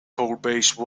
codebase